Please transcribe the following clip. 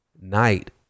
night